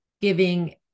giving